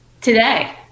today